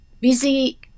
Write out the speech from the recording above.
busy